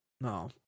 No